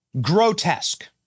grotesque